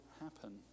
happen